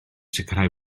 sicrhau